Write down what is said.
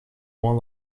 more